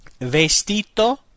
Vestito